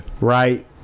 right